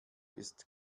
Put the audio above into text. ist